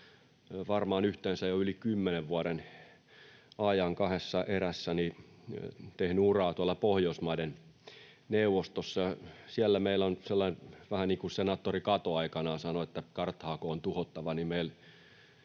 varmaan jo yli kymmenen vuoden ajan kahdessa erässä tehnyt uraa tuolla Pohjoismaiden neuvostossa. Siellä meillä on sellainen — vähän niin kuin senaattori Cato aikanaan sanoi, että Karthago on tuhottava